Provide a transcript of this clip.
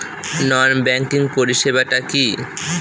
নন banking পরিষেবা টা কি?